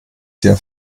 sehr